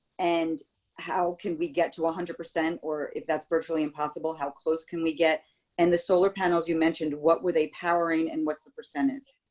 and how can we get to one ah hundred percent or if that's virtually impossible. how close can we get and the solar panels, you mentioned what were they powering and what's the percentage